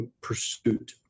PURSUIT